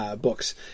books